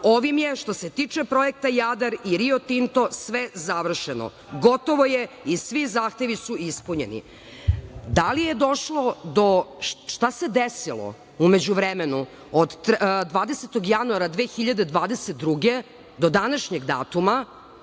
Ovim je, što se tiče Projekta „Jadar“ i „Rio Tinta“ sve završeno. Gotovo je i svi zahtevi su ispunjeni. Šta se desilo u međuvremenu, od 20. januara 2022. do današnjeg datuma?